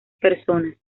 personas